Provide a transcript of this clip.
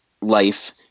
life